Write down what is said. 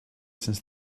since